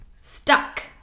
Stuck